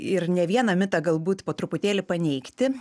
ir ne vieną mitą galbūt po truputėlį paneigti